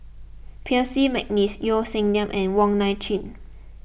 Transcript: Percy McNeice Yeo Song Nian and Wong Nai Chin